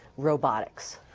robotics?